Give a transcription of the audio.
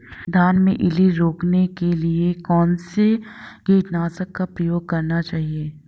धान में इल्ली रोकने के लिए कौनसे कीटनाशक का प्रयोग करना चाहिए?